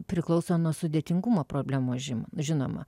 priklauso nuo sudėtingumo problemos žim žinoma